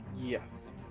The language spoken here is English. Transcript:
Yes